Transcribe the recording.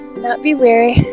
not be weary.